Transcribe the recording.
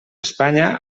espanya